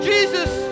Jesus